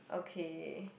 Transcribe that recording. okay